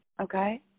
Okay